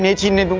ah genie! but